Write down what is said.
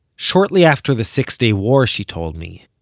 shortly after the six day war, she told me,